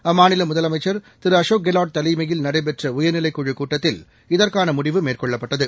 அம்மாநில முதலமைச்சர் திரு அசோக் கெலட் தலைமையில் நடைபெற்ற உயர்நிலைக் குழுக் கூட்டத்தில் இதற்காள முடிவு மேற்கொள்ளப்பட்டது